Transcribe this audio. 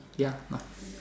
ya